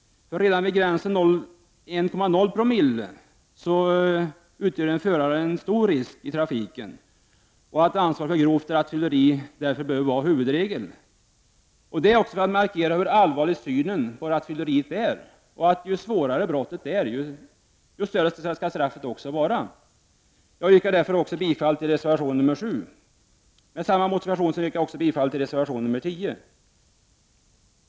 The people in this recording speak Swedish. Redan vid gränsen 1,0 utgör förare en så stor risk i trafiken att ansvar för grovt rattfylleri bör vara huvudregeln. Detta bör ske också för att markera hur allvarlig synen på rattfylleriet är. Ju svårare brottet är, desto hårdare skall straffet vara. Jag yrkar därför också bifall till reservation nr 7. Med samma motivation yrkar jag även bifall till reservation nr 10.